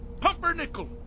Pumpernickel